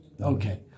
Okay